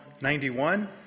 91